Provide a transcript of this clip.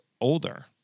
older